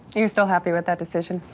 you're still happy with that decision?